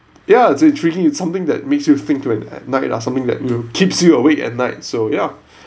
ya it's intriguing something that makes you think right at night or something that keeps you awake at night so ya